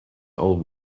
old